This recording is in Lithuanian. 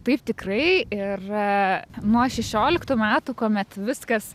taip tikrai ir nuo šešioliktų metų kuomet viskas